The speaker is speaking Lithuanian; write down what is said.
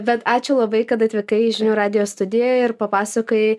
bet ačiū labai kad atvykai į žinių radijo studiją ir papasakojai